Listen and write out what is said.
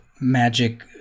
magic